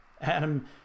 Adam